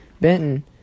Benton